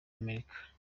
amerika